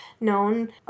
known